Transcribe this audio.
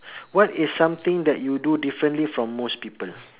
what is something that you do differently from most people